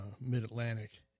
mid-atlantic